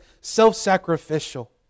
self-sacrificial